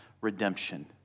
redemption